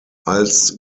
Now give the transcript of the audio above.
als